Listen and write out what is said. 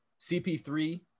CP3